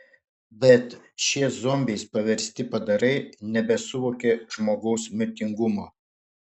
bet šie zombiais paversti padarai nebesuvokė žmogaus mirtingumo